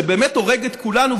שבאמת הורג את כולנו,